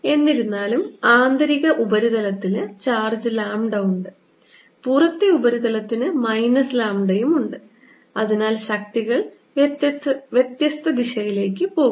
എന്നിരുന്നാലും ആന്തരിക ഉപരിതലത്തിന് ചാർജ്ജ് ലാംഡ ഉണ്ട് പുറത്തെ ഉപരിതലത്തിന് മൈനസ് ലാംഡയും ഉണ്ട് അതിനാൽ ശക്തികൾ വ്യത്യസ്ത ദിശകളിലേക്ക് പോകുന്നു